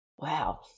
Wow